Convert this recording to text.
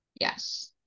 Yes